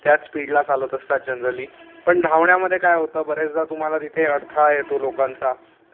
त्याच स्पीडला चालत असतात जनरली पण धावण्यामध्ये काय होतं बऱ्याचदा तुम्हाला तिथे अडथळा येतो लोकांचा